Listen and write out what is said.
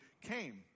came